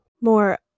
more